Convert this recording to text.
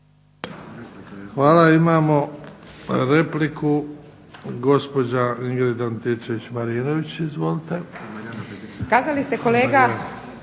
Hvala. Imamo repliku, gospođa Ingrid Antičević-Marinović. Izvolite.